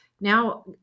Now